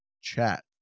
chat